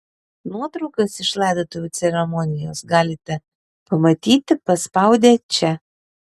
nuotraukas iš laidotuvių ceremonijos galite pamatyti paspaudę čia